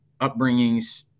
upbringings